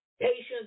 Patience